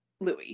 Louis